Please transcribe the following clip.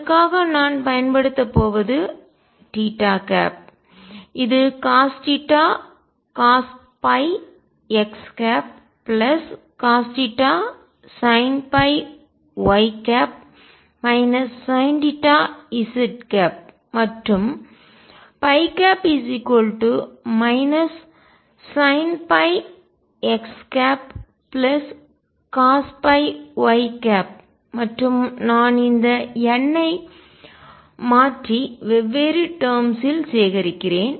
அதற்காக நான் பயன்படுத்தப் போவது இது cosθcosϕx cosθsinϕy sinθz மற்றும் sinϕx cosϕy மற்றும் நான் இந்த n ஐ மாற்றி வெவ்வேறு டெர்ம்ஸ் சேகரிக்கிறேன்